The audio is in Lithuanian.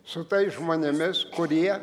su tais žmonėmis kurie